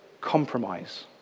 compromise